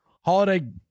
Holiday